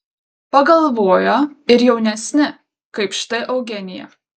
pagalvoja ir jaunesni kaip štai eugenija